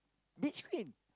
beach queen